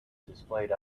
displayed